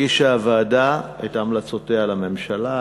הגישה הוועדה את המלצותיה לממשלה,